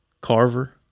carver